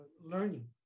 learning